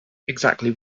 exactly